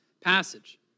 passage